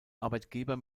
arbeitgeber